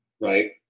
right